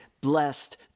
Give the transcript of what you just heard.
blessed